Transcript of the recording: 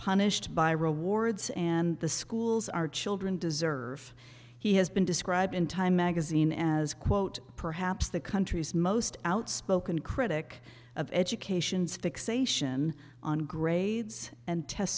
punished by rewards and the schools our children deserve he has been described in time magazine as quote perhaps the country's most outspoken critic of education's fixation on grades and test